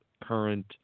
current